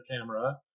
camera